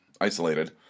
isolated